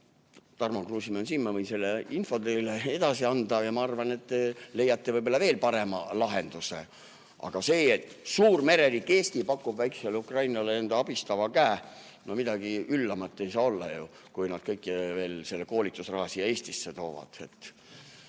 Tarmo Kruusimäe on siin, ma võin selle info teile edasi anda. Ja ma arvan, et te leiate veel parema lahenduse. Aga see, et suur mereriik Eesti pakub väikesele Ukrainale enda abistava käe – no midagi üllamat ei saa olla ju, kui nad veel kogu selle koolitusraha siia Eestisse ka toovad.